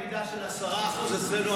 ירידה של 10%; אצלנו,